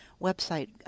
website